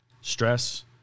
stress